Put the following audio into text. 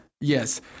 Yes